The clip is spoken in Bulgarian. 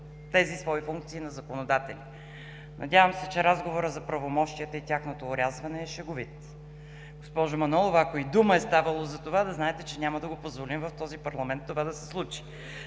тези свои функции на законодатели. Надявам се, че разговорът за правомощията и тяхното орязване е шеговит. Госпожо Манолова, ако и дума е ставало за това, да знаете, че няма да го позволи в този парламент да се случи.